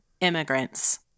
immigrants